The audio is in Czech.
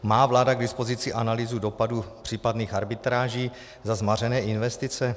Má vláda k dispozici analýzu dopadů případných arbitráží za zmařené investice?